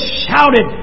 shouted